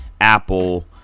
Apple